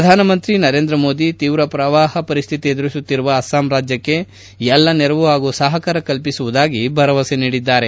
ಪ್ರಧಾನಮಂತ್ರಿ ನರೇಂದ್ರ ಮೋದಿ ತೀವ್ರ ಶ್ರವಾಹ ಪರಿಸ್ಥಿತಿ ಎದುರಿಸುತ್ತಿರುವ ಅಸ್ಲಾಂ ರಾಜ್ಯಕ್ಕೆ ಎಲ್ಲಾ ನೆರವು ಹಾಗೂ ಸಹಕಾರ ಕಲ್ಪಿಸುವುದಾಗಿ ಭರವಸೆ ನೀಡಿದ್ದಾರೆ